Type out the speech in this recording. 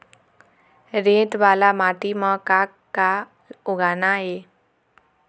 रेत वाला माटी म का का उगाना ये?